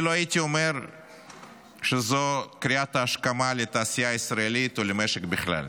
הייתי אפילו אומר שזו קריאת השכמה לתעשייה הישראלית ולמשק בכלל.